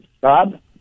Bob